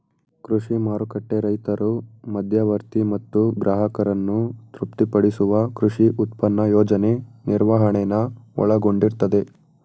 ಕೃಷಿ ಮಾರುಕಟ್ಟೆ ರೈತರು ಮಧ್ಯವರ್ತಿ ಮತ್ತು ಗ್ರಾಹಕರನ್ನು ತೃಪ್ತಿಪಡಿಸುವ ಕೃಷಿ ಉತ್ಪನ್ನ ಯೋಜನೆ ನಿರ್ವಹಣೆನ ಒಳಗೊಂಡಿರ್ತದೆ